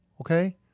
okay